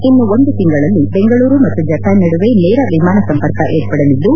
ಇನ್ನು ಒಂದು ತಿಂಗಳಲ್ಲಿ ಬೆಂಗಳೂರು ಮತ್ತು ಜಪಾನ್ ನಡುವೆ ನೇರ ವಿಮಾನ ಸಂಪರ್ಕ ಏರ್ಪಡಲಿದ್ದು